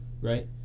right